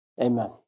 Amen